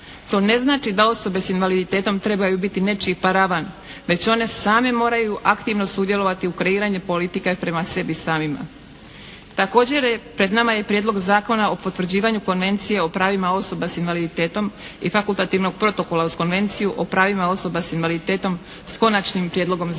To ne znači da osobe s invaliditetom trebaju biti nečiji paravan. Već one same moraju aktivno sudjelovati u kreiranju politike prema sebi samima. Također je pred nama i Prijedlog zakona o potvrđivanju Konvencije o pravima osoba s invaliditetom i fakultativnog protokola uz Konvenciju o pravima osoba s invaliditetom s Konačnim prijedlogom zakona.